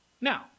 Now